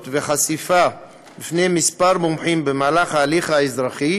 וחשיפה בפני כמה מומחים במהלך ההליך האזרחי.